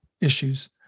issues